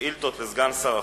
שאילתות לסגן שר החוץ.